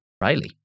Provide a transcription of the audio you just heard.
Riley